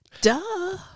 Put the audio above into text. Duh